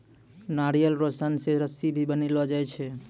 नारियल रो सन से रस्सी भी बनैलो जाय छै